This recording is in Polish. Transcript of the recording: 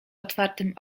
otwartym